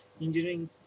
engineering